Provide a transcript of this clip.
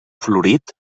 florit